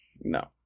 No